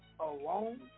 alone